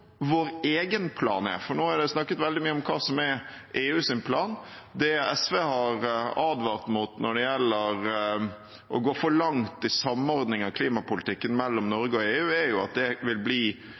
vår egen plan er, for nå er det snakket veldig mye av hva som er EUs plan. Det SV har advart mot når det gjelder å gå for langt i samordning av klimapolitikken mellom